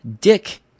Dick